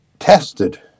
tested